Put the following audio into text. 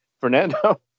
Fernando